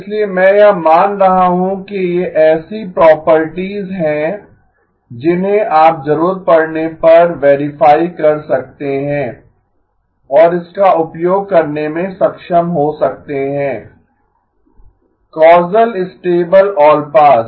इसलिए मैं यह मान रहा हूं कि ये ऐसे प्रॉपर्टीज हैं जिन्हें आप जरूरत पड़ने पर वेरीफाई कर सकते हैं और इसका उपयोग करने में सक्षम हो सकते हैं कौसल स्टेबल ऑल पास